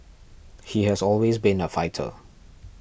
he has always been a fighter